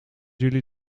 jullie